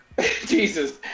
Jesus